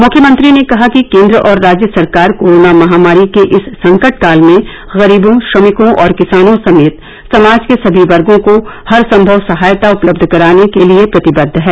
मुख्यमंत्री ने कहा कि केंद्र और राज्य सरकार कोरोना महामारी के इस संकटकाल में गरीबों श्रमिकों और किसानों समेत समाज के सभी वर्गो को हरसंभव सहायता उपलब्ध कराने के लिए प्रतिबद्ध हैं